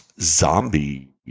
zombie